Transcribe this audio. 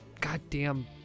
goddamn